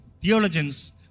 theologians